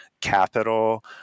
capital